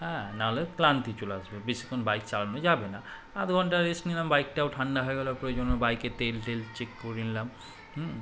হ্যাঁ নাহলে ক্লান্তি চলে আসবে বেশিক্ষণ বাইক চালানো যাবে না আধ ঘণ্টা রেস্ট নিলাম বাইকটাও ঠান্ডা হয়ে গেলার প্রয়ো বাইকের তেল টেল চেক করে নিলাম হুম